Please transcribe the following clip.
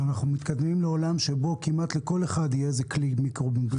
שאנחנו מתקדמים לעולם שבו כמעט לכל אחד יהיה כלי מיקרו מוביליטי.